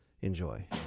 Enjoy